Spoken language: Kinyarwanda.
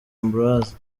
ambroise